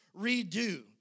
redo